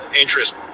interest